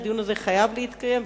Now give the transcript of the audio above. הדיון הזה חייב להתקיים,